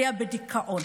עלייה בדיכאון.